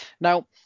Now